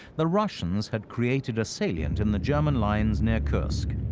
the russians had created a salient in the german lines near kursk.